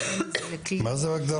מה זה הגדרה?